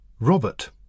Robert